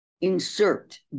insert